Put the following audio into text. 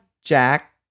Jack